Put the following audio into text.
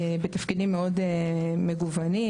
ובתפקידים מאוד מגוונים,